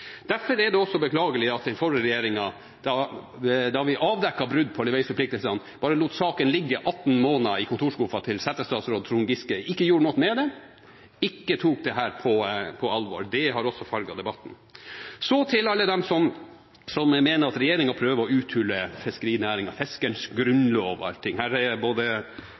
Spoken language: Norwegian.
Derfor er det beklagelig at den forrige regjeringen, da vi avdekket brudd på leveringsforpliktelsene, lot saken ligge 18 måneder i kontorskuffen til settestatsråd Trond Giske, ikke gjorde noe med det, ikke tok dette på alvor. Det har også farget debatten. Så til alle dem som mener at regjeringen prøver å uthule fiskerinæringen, fiskerens «grunnlov» og allting – her er både